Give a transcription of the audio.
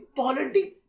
politics